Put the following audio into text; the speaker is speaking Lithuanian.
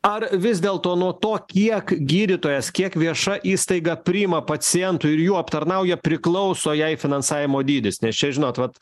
ar vis dėlto nuo to kiek gydytojas kiek vieša įstaiga priima pacientų ir jų aptarnauja priklauso jai finansavimo dydis nes čia žinot vat